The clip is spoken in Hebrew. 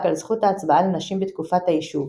על זכות ההצבעה לנשים בתקופת היישוב,